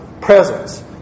presence